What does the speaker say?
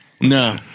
No